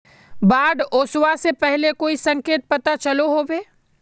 बाढ़ ओसबा से पहले कोई संकेत पता चलो होबे?